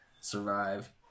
survive